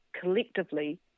collectively